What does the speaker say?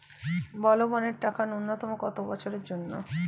বলবনের টাকা ন্যূনতম কত বছরের জন্য?